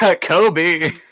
Kobe